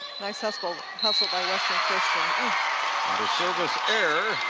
nice hustle hustle by western christian. and the service error